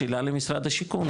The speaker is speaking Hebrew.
שאלה למשרד השיכון,